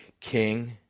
king